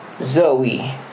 Zoe